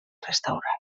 restaurant